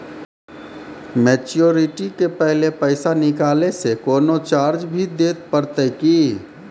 Maturity के पहले पैसा निकालै से कोनो चार्ज भी देत परतै की?